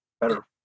better